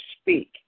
speak